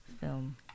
film